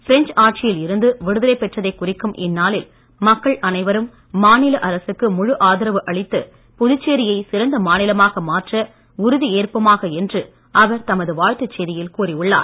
French ஆட்சியில் இருந்து விடுதலை பெற்றதைக் குறிக்கும் இந்நாளில் மக்கள் அனைவரும் மாநில அரசுக்கு முழு ஆதரவு அளித்து புதுச்சேரி யை சிறந்த மாநிலமாக மாற்ற உறுதி ஏற்போமாக என்று அவர் தமது வாழ்த்து செய்தியில் கூறியுள்ளார்